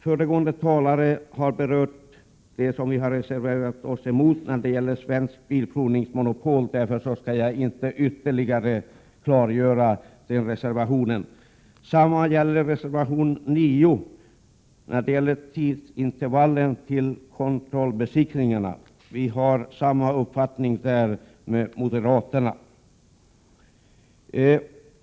Föregående talare har berört det som vi har reserverat oss emot när det gäller Svensk bilprovnings monopol. Därför skall jag inte ytterligare kommentera den reservationen. Samma gäller reservation 9 angående tidsintervallen till kontrollbesiktningarna. Vi har samma uppfattning som moderaterna.